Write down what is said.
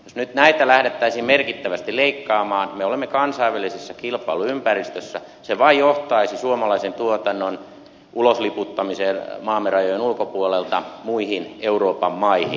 jos nyt näitä lähdettäisiin merkittävästi leikkaamaan me olemme kansainvälisessä kilpailuympäristössä se vain johtaisi suomalaisen tuotannon ulosliputtamiseen maamme rajojen ulkopuolelle muihin euroopan maihin